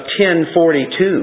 1042